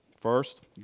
First